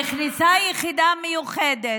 נכנסה יחידה מיוחדת,